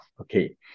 Okay